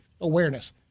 awareness